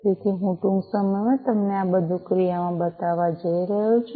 તેથી હું ટૂંક સમયમાં તમને આ બધું ક્રિયામાં બતાવવા જઈ રહ્યો છું